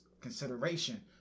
consideration